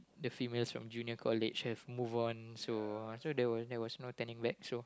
the females of junior college have move on so so there was there was no tele match